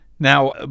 Now